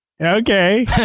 Okay